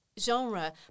genre